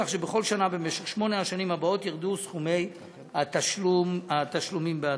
כך שבכל שנה במשך שמונה השנים הבאות ירדו סכומי התשלומים בהדרגה.